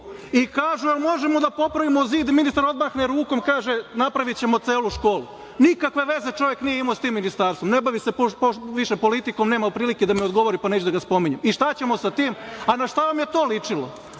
– jel možemo da popravimo zid, a ministar odmahne rukom i kaže – napravićemo celu školu. Nikakve veze čovek nije imao sa tim ministarstvom, ne bavi se viš politikom. Nema prilike da mi odgovori pa neću da ga spominjem. I šta ćemo sa tim? Na šta vam je to ličilo?